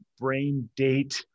braindate